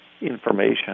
information